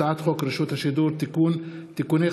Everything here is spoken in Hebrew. הצעת חוק חובת תשלום